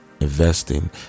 investing